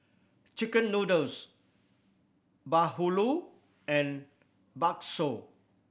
chicken noodles bahulu and bakso